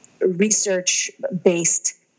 research-based